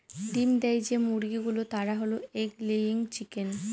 ডিম দেয় যে মুরগি গুলো তারা হল এগ লেয়িং চিকেন